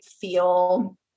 feel